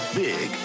big